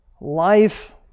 life